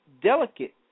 delicate